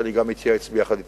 ואני גם מתייעץ יחד אתכם,